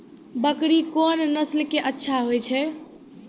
बकरी कोन नस्ल के अच्छा होय छै?